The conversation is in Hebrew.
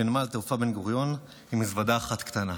בנמל התעופה בן-גוריון עם מזוודה אחת קטנה.